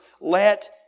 let